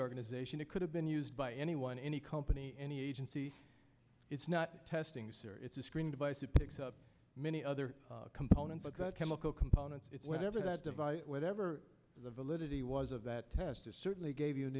organization it could have been used by anyone any company any agency it's not testing sir it's a screen divisive picks up many other component but the chemical components whatever that device whatever the validity was of that test it certainly gave you an